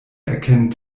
erkennen